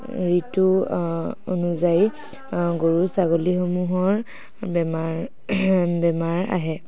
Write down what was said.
ঋতু অনুযায়ী গৰু ছাগলীসমূহৰ বেমাৰ আহে